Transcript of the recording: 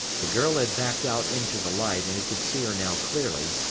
the girl had backed out into the light and he could see her now clearly,